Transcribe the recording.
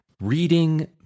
Reading